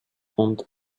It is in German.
und